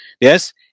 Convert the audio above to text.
yes